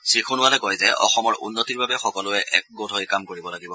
শ্ৰী সোণোৱালে কয় যে অসমৰ উন্নতিৰ বাবে সকলোৱে একগোট হৈ কাম কৰিব লাগিব